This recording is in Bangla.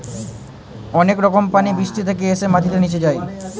অনেক রকম পানি বৃষ্টি থেকে এসে মাটিতে নিচে যায়